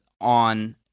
on